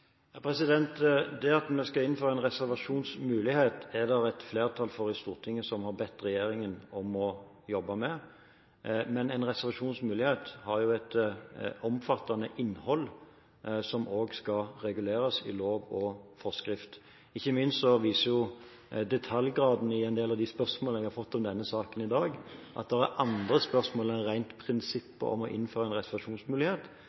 Det at vi skal innføre en reservasjonsmulighet, er det et flertall i Stortinget som har bedt regjeringen om å jobbe med, men en reservasjonsmulighet har jo et omfattende innhold, som også skal reguleres i lov og forskrift. Ikke minst viser detaljgraden i den del av de spørsmålene jeg har fått om denne saken i dag, at det er andre spørsmål enn